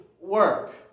work